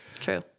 true